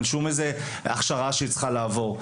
אין שום הכשרה שהיא צריכה לעבור.